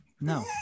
No